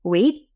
Wait